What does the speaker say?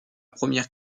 première